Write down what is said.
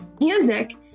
music